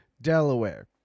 delaware